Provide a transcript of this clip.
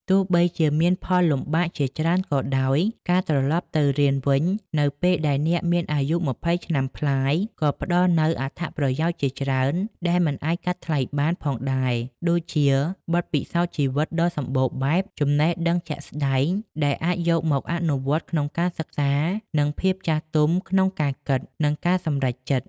ទោះបីជាមានផលលំបាកជាច្រើនក៏ដោយ ការត្រឡប់ទៅរៀនវិញនៅពេលដែលអ្នកមានអាយុ ២០ ឆ្នាំប្លាយក៏ផ្តល់នូវ អត្ថប្រយោជន៍ជាច្រើន ដែលមិនអាចកាត់ថ្លៃបានផងដែរ ដូចជា បទពិសោធន៍ជីវិតដ៏សម្បូរបែប ចំណេះដឹងជាក់ស្តែង ដែលអាចយកមកអនុវត្តក្នុងការសិក្សា និង ភាពចាស់ទុំក្នុងការគិត និងការសម្រេចចិត្ត។